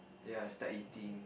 ya start eating